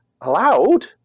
allowed